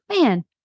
man